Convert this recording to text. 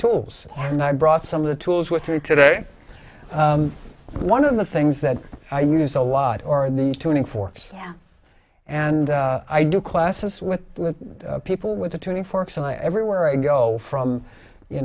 tools and i brought some of the tools with her today one of the things that i use a lot or these tuning forks and i do classes with people with the turning forks everywhere i go from you